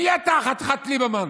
מי אתה, חתיכת ליברמן?